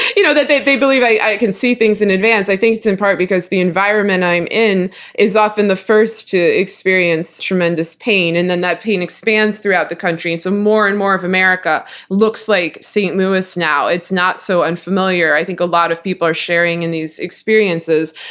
you know they they believe i i can see things in advance. i think it's in part because the environment i'm in is often the first to experience tremendous pain, and then that pain expands throughout the country, so more and more of america looks like saint louis now. it's not so unfamiliar. i think a lot of people are sharing in these experiences.